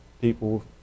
people